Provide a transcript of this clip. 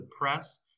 Press